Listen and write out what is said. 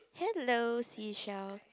hello seashell